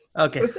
Okay